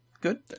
good